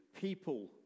people